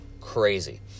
Crazy